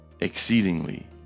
exceedingly